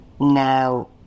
now